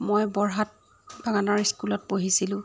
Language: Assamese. মই বৰহাট টাউনৰ স্কুলত পঢ়িছিলোঁ